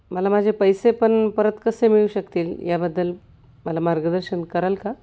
मला माझे पैसे पण परत कसे मिळू शकतील याबद्दल मला मार्गदर्शन कराल का